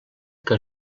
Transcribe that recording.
que